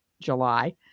July